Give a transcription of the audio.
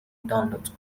دانلود